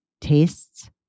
tastes